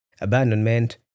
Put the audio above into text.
abandonment